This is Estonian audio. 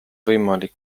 võimalik